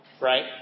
right